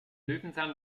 löwenzahn